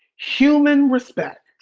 human respect.